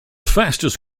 fastest